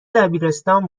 دبیرستان